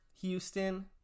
Houston